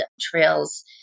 trails